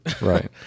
Right